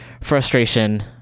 frustration